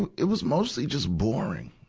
and it was mostly just boring.